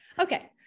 Okay